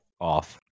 off